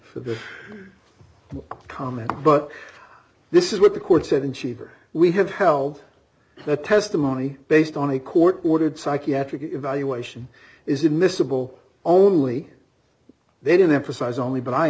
for the comment but this is what the court said and schieffer we have held the testimony based on a court ordered psychiatric evaluation is admissible only they didn't emphasize only but i